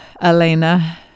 Elena